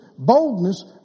Boldness